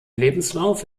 lebenslauf